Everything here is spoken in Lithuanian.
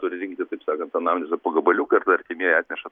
turi rinkti taip sakant analizę po gabaliuką ir artimieji atneša